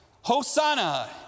Hosanna